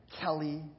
Kelly